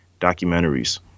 documentaries